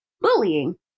bullying